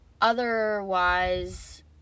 otherwise